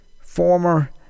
former